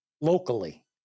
locally